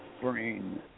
brain